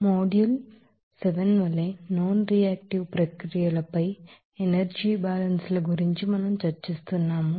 కాబట్టి మాడ్యూల్ 7 వలే non reactive ప్రక్రియలపై ఎనర్జీ బ్యాలెన్స్ ల గురించి మనం చర్చిస్తున్నాం